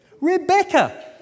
Rebecca